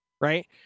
Right